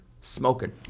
smoking